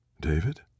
David